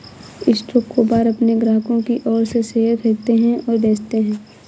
stockbroker अपने ग्राहकों की ओर से शेयर खरीदते हैं और बेचते हैं